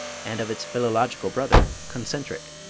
and of its philological brother, concentric.